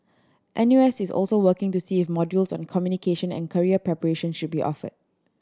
N U S is also working to see if modules on communication and career preparation should be offered